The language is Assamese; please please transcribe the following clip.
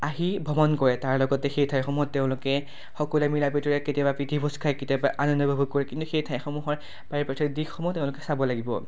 আহি ভ্ৰমণ কৰে তাৰ লগতে সেই ঠাইসমূহত তেওঁলোকে সকলোৱে মিলা প্ৰীতিৰে কেতিয়াবা প্ৰীতিভোজ খায় কেতিয়াবা আনন্দ উপভোগ কৰে কিন্তু সেই ঠাইসমূহৰ পাৰিপাৰ্শ্বিক দিশসমূহ তেওঁলোকে চাব লাগিব